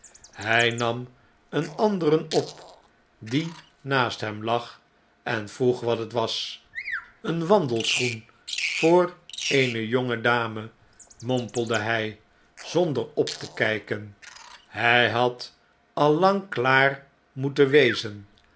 hy nam een anderen op die naast hem lag en vroeg wat het was een wandelschoen voor eene jonge dame mompelde hy zonder op te kijken b hij had al lang klaar moeten wezen